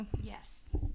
Yes